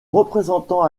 représentant